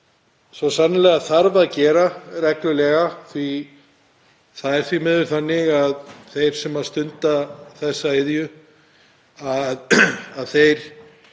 svo sannarlega þarf að gera reglulega. Það er því miður þannig að þeir sem stunda þessa iðju nýta